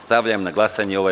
Stavljam na glasanje ovaj